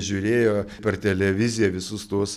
žiūrėjo per televiziją visus tuos